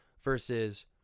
versus